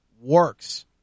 works